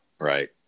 Right